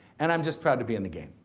and i'm just proud to be in the game.